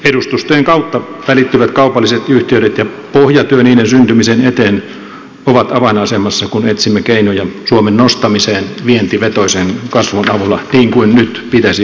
edustustojen kautta välittyvät kaupalliset yhteydet ja pohjatyö niiden syntymisen eteen ovat avainasemassa kun etsimme keinoja suomen nostamiseen vientivetoisen kasvun avulla niin kuin nyt pitäisi onnistua tekemään